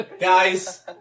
Guys